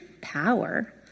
power